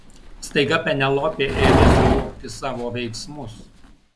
staiga penelopė ėmė suvokti savo veiksmus